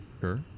Sure